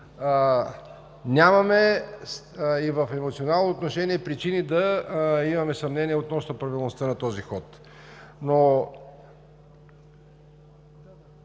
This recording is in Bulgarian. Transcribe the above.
Така че и в емоционално отношение нямаме причини да имаме съмнение относно правилността на този ход.